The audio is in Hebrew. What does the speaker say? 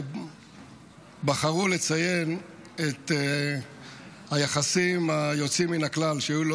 בחרו לציין את היחסים היוצאים מן הכלל שהיו לו